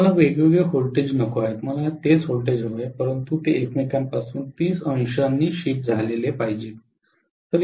मला वेगवेगळे व्होल्टेज नको आहेत मला तेच व्होल्टेज हवे आहेत परंतु ते एकमेकांपासून 300 शिफ्ट झाले आहेत